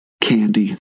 candy